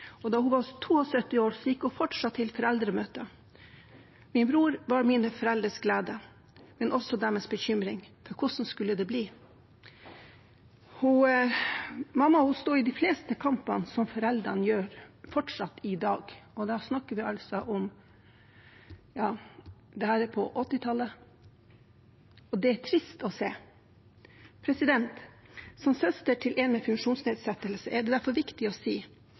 enke da hun var 52 år, og da hun var 72 år, gikk hun fortsatt på foreldremøter. Min bror var mine foreldres glede, men også deres bekymring, for hvordan skulle det bli? Min mor sto i de fleste kampene som foreldre også i dag gjør, og dette var på 1980-tallet. Det er trist å se. Som søster til en med funksjonsnedsettelse er det derfor viktig å si